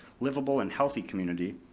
livable, and healthy community,